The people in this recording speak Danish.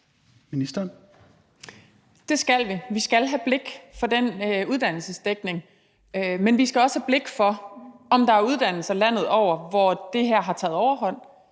Det skal vi. Vi skal have blik for den uddannelsesdækning, men vi skal også have blik for, om der er uddannelser landet over, hvor det her har taget overhånd,